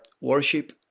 worship